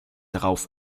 darauf